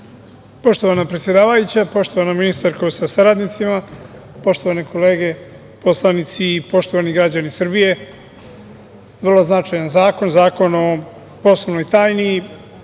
Poštovana predsedavajuća, poštovana ministarko sa saradnicima, poštovane kolege poslanici i poštovani građani Srbije, vrlo značajan zakon, zakon o poslovnoj tajni,